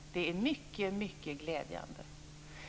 Det är mycket glädjande.